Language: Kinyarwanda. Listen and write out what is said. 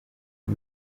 nko